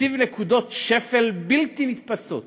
הציב נקודות שפל בלתי נתפסות